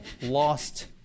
lost